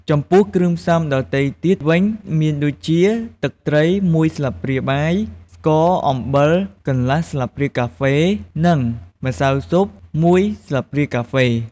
ចំពោះគ្រឿងផ្សំដទៃទៀតវិញ មានដូចជា ទឹកត្រីមួយស្លាបព្រាបាយ ស្ករ អំបិលកន្លះស្លាបព្រាកាហ្វេ និងម្សៅស៊ុបមួយស្លាបព្រាកាហ្វេ។